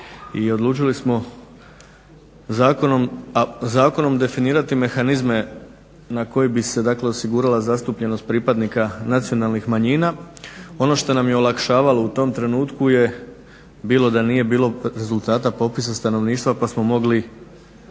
i odlučili smo zakonom definirati mehanizme na koji bi se osigurala zastupljenost pripadnika nacionalnih manjina. Ono što nam je olakšavalo u tom trenutku je bilo da nije bilo rezultata popisa stanovništva pa smo mogli,